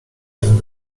ten